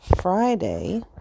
Friday